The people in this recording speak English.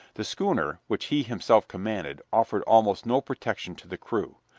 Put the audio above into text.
the schooner, which he himself commanded, offered almost no protection to the crew.